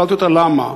שאלתי אותה למה,